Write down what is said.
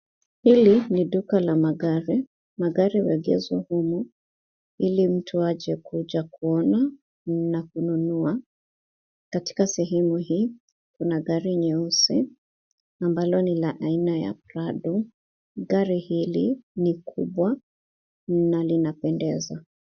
Hili ni duka la magari. Magari huegeshwa humu ili mtu aje kuja kuona na kununua . Katika sehemu hii, kuna gari nyeusi ambalo ni la aina ya Prado. Gari hili ni kubwa na linapendeza.